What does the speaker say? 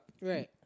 Right